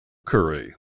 currie